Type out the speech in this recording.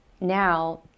now